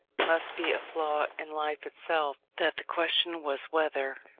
must be a flaw in life itself that the question was, whether,